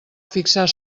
fixar